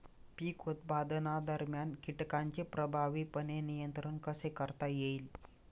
पीक उत्पादनादरम्यान कीटकांचे प्रभावीपणे नियंत्रण कसे करता येईल?